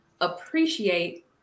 appreciate